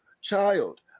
child